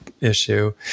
issue